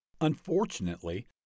Unfortunately